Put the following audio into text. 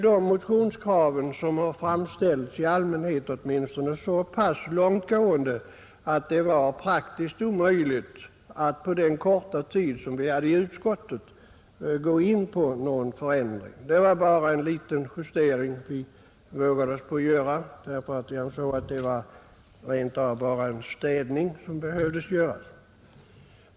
De motionskrav som framställts är, åtminstone i allmänhet, så pass långtgående att det var praktiskt omöjligt att på den korta tid som vi hade till förfogande i utskottet gå in för någon förändring. Vi vågade oss bara på att göra en liten justering — på ett ställe.